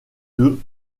deux